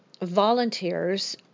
volunteers